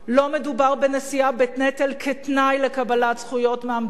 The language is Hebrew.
לא מדובר בנשיאה בנטל כתנאי לקבלת זכויות מהמדינה.